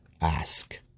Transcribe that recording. ask